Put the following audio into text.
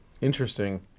Interesting